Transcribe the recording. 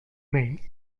may